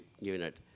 unit